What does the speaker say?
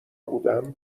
بودم